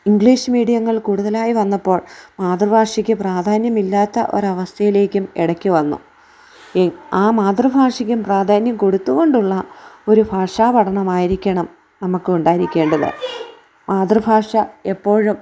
English മീഡിയങ്ങൾ കൂടുതലായി വന്നപ്പോൾ മാതൃഭാഷയ്ക്ക് പ്രാധാന്യമില്ലാത്ത ഒരവസ്ഥയിലേക്കും ഇടയ്ക്ക് വന്നു ആ മാതൃഭാഷയ്ക്കും പ്രാധാന്യം കൊടുത്തുകൊണ്ടുള്ള ഒരു ഭാഷാപഠനമായിരിക്കണം നമുക്ക് ഉണ്ടായിരിക്കേണ്ടത് മാതൃഭാഷ എപ്പോഴും